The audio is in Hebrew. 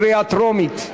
קריאה טרומית.